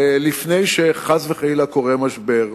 לפני שחס וחלילה קורה משבר.